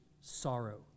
sorrow